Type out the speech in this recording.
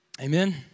Amen